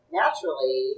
naturally